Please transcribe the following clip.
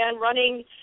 running